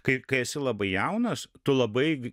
kaip kai esi labai jaunas tu labai